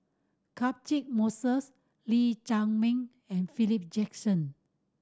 Catchick Moses Lee Chiaw Meng and Philip Jackson